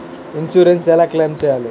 Insurance ఎలా claim చేయాలి?